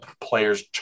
players